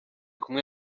kumwe